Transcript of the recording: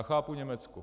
Chápu Německo.